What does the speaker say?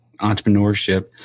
entrepreneurship